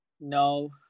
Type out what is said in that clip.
No